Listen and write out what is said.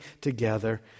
together